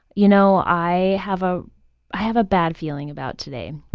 you know, i have ah i have a bad feeling about today